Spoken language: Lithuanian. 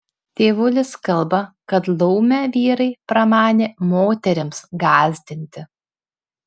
tėvulis kalba kad laumę vyrai pramanė moterims gąsdinti